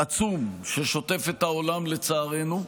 עצום ששוטף את העולם, לצערנו,